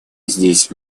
здесь